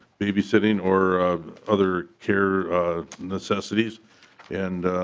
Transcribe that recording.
babysitting or other care necessities and